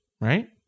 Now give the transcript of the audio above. right